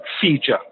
feature